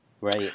Right